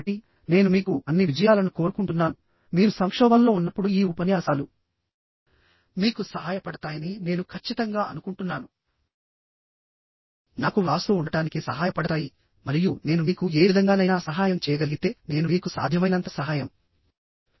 కాబట్టి నేను మీకు అన్ని విజయాలను కోరుకుంటున్నాను మీరు సంక్షోభంలో ఉన్నప్పుడు ఈ ఉపన్యాసాలు మీకు సహాయపడతాయని నేను ఖచ్చితంగా అనుకుంటున్నాను కొన్ని నిర్దిష్ట ఉపన్యాసాలను కూడా చూడండి అవి మీకు నాకు వ్రాస్తూ ఉండటానికి సహాయపడతాయి మరియు నేను మీకు ఏ విధంగానైనా సహాయం చేయగలిగితే నేను మీకు సాధ్యమైనంత సహాయం చేయడానికి ప్రయత్నిస్తాను